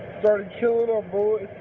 started killing and